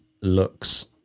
looks